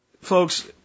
Folks